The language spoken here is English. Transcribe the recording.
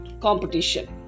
Competition